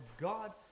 God